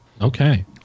Okay